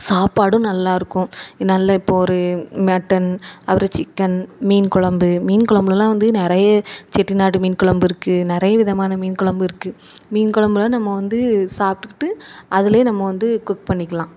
சாப்பாடும் நல்லா இருக்கும் நல்ல இப்போ ஒரு மட்டன் அப்புறம் சிக்கென் மீன் கொழம்பு மீன் கொழம்புலலாம் வந்து நிறைய செட்டிநாடு மீன் கொழம்பு இருக்குது நிறைய விதமான மீன் கொழம்பு இருக்குது மீன் கொழம்புலாம் நம்ம வந்து சாப்பிட்டுக்கிட்டு அதில் நம்ம வந்து குக் பண்ணிக்கலாம்